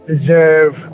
deserve